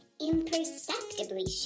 Imperceptibly